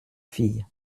fille